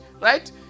right